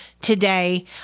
today